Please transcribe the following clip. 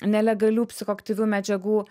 nelegalių psichoaktyvių medžiagų